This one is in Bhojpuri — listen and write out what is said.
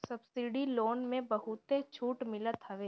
सब्सिडी लोन में बहुते छुट मिलत हवे